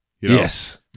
Yes